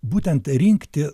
būtent rinkti